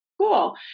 Cool